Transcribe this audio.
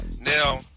Now